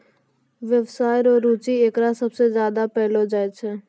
व्यवसाय रो रुचि एकरा सबसे ज्यादा पैलो जाय छै